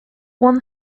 one